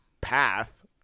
path